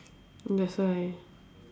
that's why